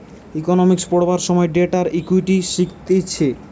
economics পড়বার সময় debt আর ইকুইটি শিখতিছে